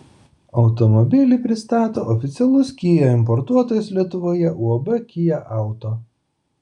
automobilį pristato oficialus kia importuotojas lietuvoje uab kia auto